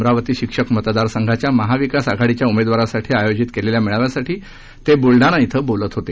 अमरावती शिक्षक मतदार संघाच्या महाविकास आघाडीच्या उमेदवारासाठी आयोजित केलेल्या मेळाव्यासाठी ते बुलडाणा क्रि बोलत होते